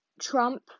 Trump